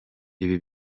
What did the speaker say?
ibi